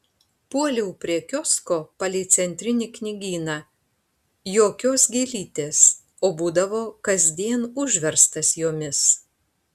puoliau prie kiosko palei centrinį knygyną jokios gėlytės o būdavo kasdien užverstas jomis